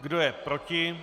Kdo je proti?